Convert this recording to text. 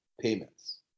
Payments